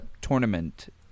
tournament